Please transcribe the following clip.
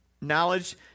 knowledge